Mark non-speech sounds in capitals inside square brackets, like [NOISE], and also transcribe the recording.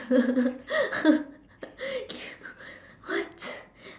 [LAUGHS] cannot what